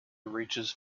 reaches